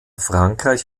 frankreich